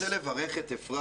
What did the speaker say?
אני רק רוצה לברך את אפרת,